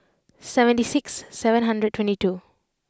seventy six seven hundred twenty two